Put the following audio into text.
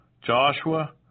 Joshua